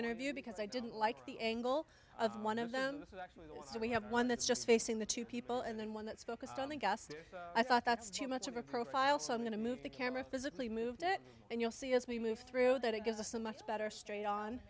interview because i didn't like the angle of one of them so we have one that's just facing the two people and then one that's focused on the gust i thought that's too much of a profile so i'm going to move the camera physically moved it and you'll see as we move through that it gives us a much better straight on